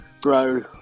grow